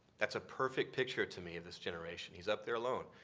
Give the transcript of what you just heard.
that's a perfect picture to me of this generation. he's up there alone.